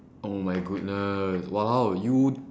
oh my goodness !walao! you